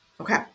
Okay